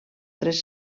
tres